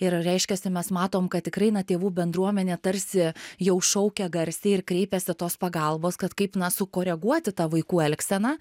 ir reiškiasi mes matom kad tikrai na tėvų bendruomenė tarsi jau šaukia garsiai ir kreipiasi tos pagalbos kad kaip na sukoreguoti tą vaikų elgseną